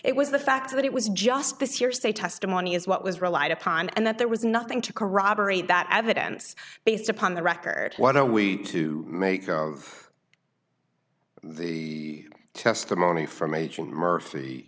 it was the fact that it was just this your say testimony is what was relied upon and that there was nothing to corroborate that evidence based upon the record what are we to make of the testimony from agent m